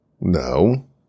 No